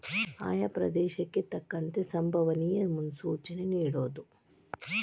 ಆಯಾ ಪ್ರದೇಶಕ್ಕೆ ತಕ್ಕಂತೆ ಸಂಬವನಿಯ ಮುನ್ಸೂಚನೆ ನಿಡುವುದು